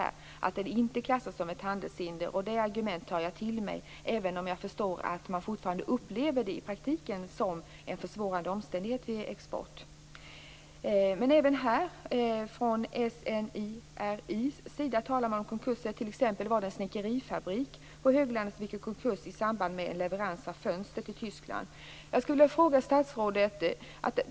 Den klassas inte som ett handelshinder. Det argumentet tar jag till mig, även om jag förstår att man fortfarande upplever det i praktiken som en försvårande omständighet vid export. Även från SNIRI:s sida talar man om konkurser. Det var t.ex. en snickerifabrik på höglandet som gick i konkurs i samband med leveranser av fönster till Jag skulle vilja ställa en fråga till statsrådet.